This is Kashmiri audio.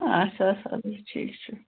اَچھا اَدٕ حظ ٹھیٖک چھُ